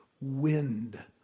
wind